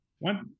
One